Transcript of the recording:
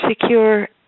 secure